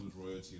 royalty